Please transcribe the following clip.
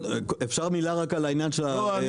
אפשר מילה רק על העניין של הרווחיות?